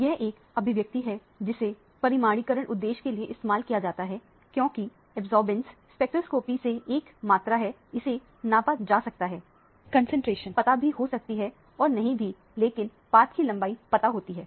यह एक अभिव्यक्ति है जिसे परीमाणिकरण उद्देश्य के लिए इस्तेमाल किया जाता है क्योंकि अब्जॉर्बेंस स्पेक्ट्रोस्कोपी से एक मात्रा है इसे नापा जा सकता है कंसंट्रेशन पता भी हो सकती है और नहीं भी लेकिन पथ की लंबाई पता होती है